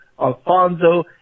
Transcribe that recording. Alfonso